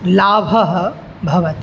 लाभाः भवन्ति